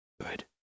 good